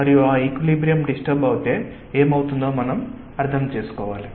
మరియు ఆ equilibrium disturb అయితే ఏమి అవుతుందో మనం అర్థం చేసుకోవాలి